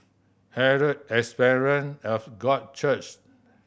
Herald Assembly of God Church